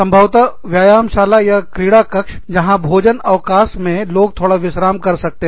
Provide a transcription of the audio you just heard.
संभवतः व्यायामशाला या क्रीड़ा कक्ष जहां भोजन अवकाश में लोग थोड़ा विश्राम कर सकते हो